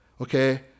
Okay